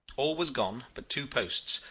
all was gone but two posts,